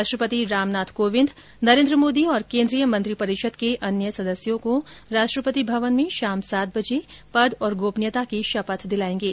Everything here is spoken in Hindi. राष्ट्रपति रामनाथ कोविंद नरेन्द्र मोदी और केंद्रीय मंत्रिपरिषद के अन्य सदस्यों को राष्ट्रपति भवन में शाम सात बजे पद और गोपनीयता की शपथ दिलाएंगे